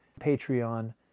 Patreon